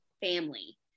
family